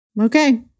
Okay